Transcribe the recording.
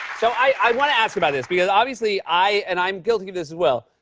so i want to ask about this, because obviously i and i'm guilty of this as well,